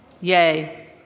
yay